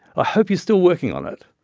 ah hope you're still working on it.